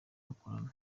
bakorana